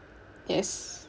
yes